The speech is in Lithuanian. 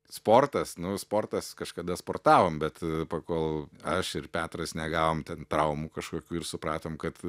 sportas nu sportas kažkada sportavom bet pakol aš ir petras negavom ten traumų kažkokių ir supratom kad